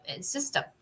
system